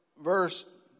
Verse